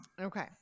Okay